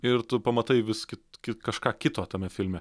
ir tu pamatai vis kit kit kažką kito tame filme